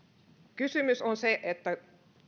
kysymys on se että